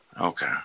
Okay